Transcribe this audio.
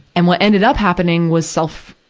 and what ended up happening was so